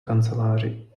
kanceláři